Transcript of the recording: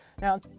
Now